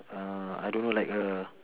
uh I don't know like a